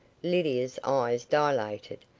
lydia's eyes dilated,